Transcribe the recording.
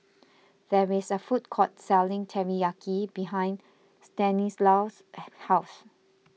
there is a food court selling Teriyaki behind Stanislaus' house